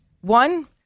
One